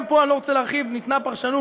גם פה, אני לא רוצה להרחיב, ניתנה פרשנות